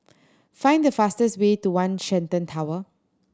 find the fastest way to One Shenton Tower